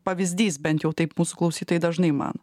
pavyzdys bent jau taip mūsų klausytojai dažnai mano